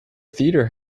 theatre